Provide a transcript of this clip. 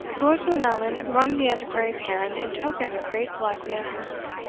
lord glenallan wrung the antiquary's hand in token of grateful acquiescence.